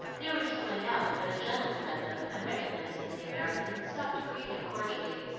they were just going out when a gentleman met them, and recognizing the american stopped to greet him cordially.